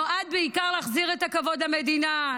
נועדה בעיקר להחזיר את הכבוד למדינה,